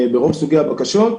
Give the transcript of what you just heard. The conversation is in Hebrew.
ברוב סוגי הבקשות,